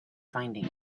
finding